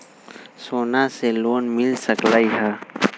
सोना से लोन मिल सकलई ह?